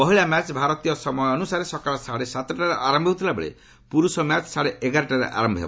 ମହିଳା ମ୍ୟାଚ୍ ଭାରତୀୟ ସମୟ ଅନୁସାରେ ସକାଳ ସାଢ଼େ ସାତଟାରେ ଆରମ୍ଭ ହେଉଥିବା ବେଳେ ପୁରୁଷ ମ୍ୟାଚ୍ ସାଢ଼େ ଏଗାରଟାରେ ଆରନ୍ଭ ହେବ